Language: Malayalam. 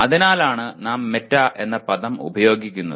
അതിനാലാണ് നാം മെറ്റാ എന്ന പദം ഉപയോഗിക്കുന്നത്